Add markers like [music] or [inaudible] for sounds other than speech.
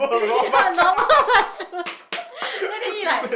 [laughs] normal mushroom then they